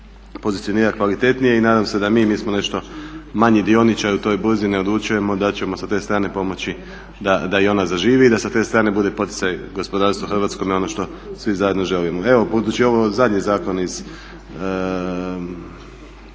pozicionira kvalitetnije. I nadam se da mi, mi smo nešto manji dioničar u toj burzi ne odlučujemo da ćemo sa te strane pomoći da i ona zaživi i da sa te strane bude poticaj gospodarstva hrvatskome ono što svi zajedno želimo. Evo budući je ovo zadnji zakon iz